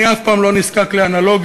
אף פעם לא נזקק לאנלוגיות,